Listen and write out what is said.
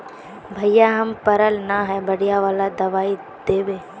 भैया हम पढ़ल न है बढ़िया वाला दबाइ देबे?